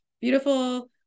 beautiful